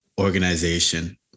organization